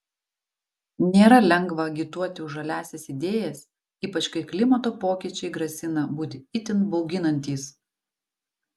nėra lengva agituoti už žaliąsias idėjas ypač kai klimato pokyčiai grasina būti itin bauginantys